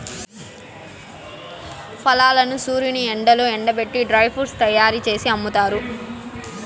ఫలాలను సూర్యుని ఎండలో ఎండబెట్టి డ్రై ఫ్రూట్స్ తయ్యారు జేసి అమ్ముతారు